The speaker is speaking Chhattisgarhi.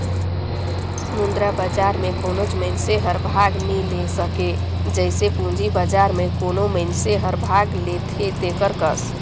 मुद्रा बजार में कोनोच मइनसे हर भाग नी ले सके जइसे पूंजी बजार में कोनो मइनसे हर भाग लेथे तेकर कस